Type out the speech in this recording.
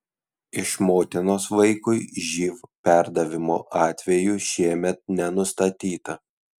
iš motinos vaikui živ perdavimo atvejų šiemet nenustatyta